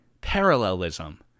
parallelism